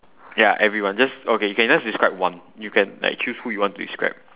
ya everyone just okay you can just describe one you can like choose who you want to describe